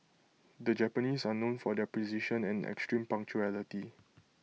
the Japanese are known for their precision and extreme punctuality